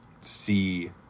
see